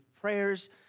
prayers